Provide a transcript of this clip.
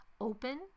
open